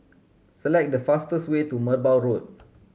select the fastest way to Merbau Road